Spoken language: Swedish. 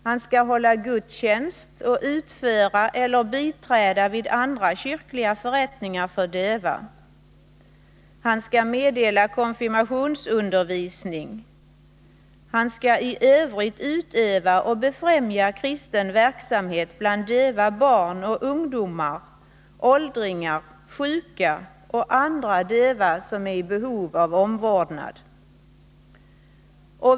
Han skall hålla gudstjänst och utföra eller biträda vid andra kyrkliga förrättningar för döva. Han skall meddela konfirmationsundervisning. Han skall i övrigt utöva och befrämja kristen verksamhet bland döva barn och ungdomar, åldringar, sjuka och andra döva som är i behov av omvårdnad.